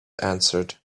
answered